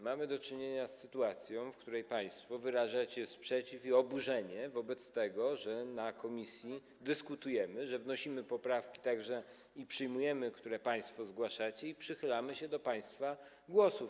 Mamy do czynienia z sytuacją, w której państwo wyrażacie sprzeciw i oburzenie wobec tego, że w komisji dyskutujemy, wnosimy poprawki, także przyjmujemy te, które państwo zgłaszacie, i przychylamy się do państwa głosów.